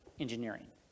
engineering